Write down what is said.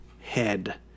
head